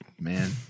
man